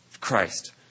Christ